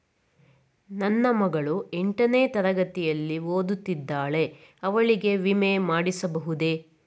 ನನ್ನ ಮಗಳು ಎಂಟನೇ ತರಗತಿಯಲ್ಲಿ ಓದುತ್ತಿದ್ದಾಳೆ ಅವಳಿಗೆ ವಿಮೆ ಮಾಡಿಸಬಹುದೇ?